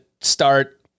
start